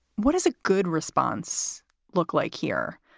what does a good response look like here,